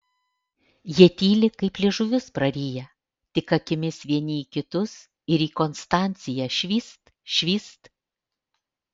jie tyli kaip liežuvius prariję tik akimis vieni į kitus ir į konstanciją švyst švyst